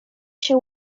się